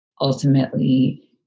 ultimately